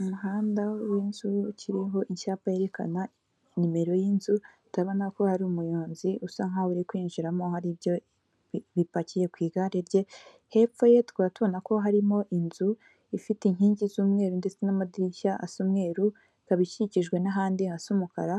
Umuhanda w'inzu ukiriho icyapa yerekana nimero y'inzu, ndabona ko hari umunyozi usa nkaho uri kwinjiramo. Haribyo bipakiye ku igare rye, hepfo ye tukaba tubona ko harimo inzu ifite inkingi z'umweru ndetse n'amadirishya asa umweruru. Ikaba ikikijwe n'ahandi hasi umukara